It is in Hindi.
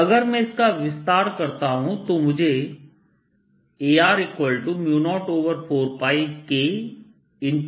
अगर मैं इसका विस्तार करता हूं तो मुझे Ar04πKsinθ sinxcosϕy